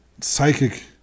psychic